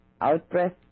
out-breath